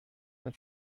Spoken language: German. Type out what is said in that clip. mit